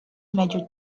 major